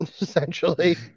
essentially